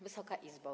Wysoka Izbo!